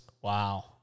Wow